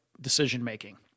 decision-making